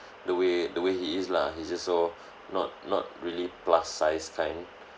the way the way he is lah he's just so not not really plus size kind